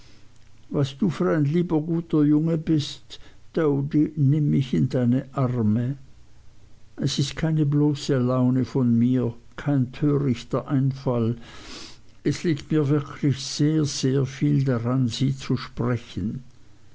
was du für ein lieber guter junge bist doady nimm mich in deine arme es ist keine bloße laune von mir kein törichter einfall es liegt mir wirklich sehr sehr viel daran sie zu sprechen